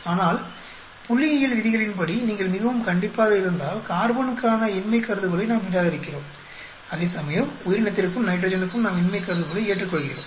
ஆனால் புள்ளியியல் விதிகளின்படி நீங்கள் மிகவும் கண்டிப்பாக இருந்தால் கார்பனுக்கான இன்மைக் கருதுகோளை நாம் நிராகரிக்கிறோம் அதேசமயம் உயிரினத்திற்கும் நைட்ரஜனுக்கும் நாம் இன்மைக் கருதுகோளை ஏற்றுக்கொள்கிறோம்